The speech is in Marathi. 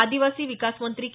आदिवासी विकास मंत्री के